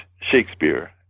Shakespeare